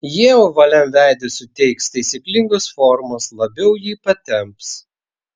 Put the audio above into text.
jie ovaliam veidui suteiks taisyklingos formos labiau jį patemps